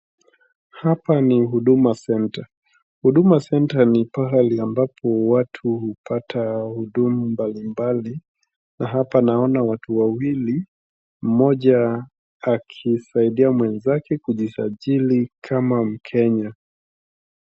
Hapa ni Huduma centre , huduma centre ni pahali ambapo watu hupata huduma mbali mbali na hapa naona watu wawili mmoja akisaidia mwenzake kujisajili kama Mkenya.